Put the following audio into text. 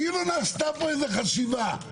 כאילו נעשתה פה חשיבה.